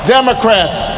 Democrats